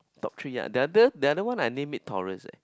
top three ah the other the other one I name it Tores eh